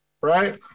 right